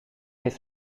heeft